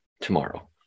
tomorrow